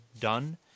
done